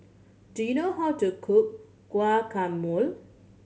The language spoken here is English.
do you know how to cook Guacamole